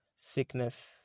sickness